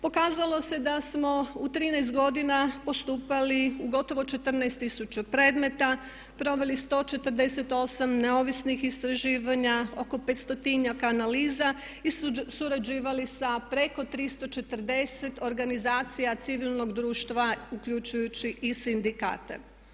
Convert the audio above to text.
Pokazalo se da smo u 13 godina postupali u gotovo 14 tisuća predmeta, proveli 148 neovisnih istraživanja, oko 500-tinjak analiza i surađivali sa preko 340 organizacija civilnog društva uključujući i sindikate.